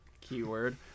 keyword